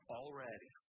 Already